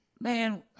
man